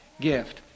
gift